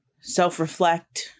self-reflect